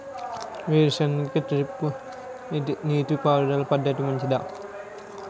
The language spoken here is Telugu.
వేరుసెనగ కి డ్రిప్ నీటిపారుదల పద్ధతి మంచిదా?